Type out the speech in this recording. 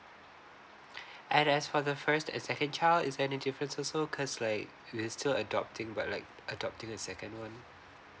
and as for the first and second child is there any difference also cause like you still adopting but like adopted a second one